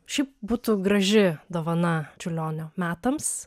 šiaip būtų graži dovana čiurlionio metams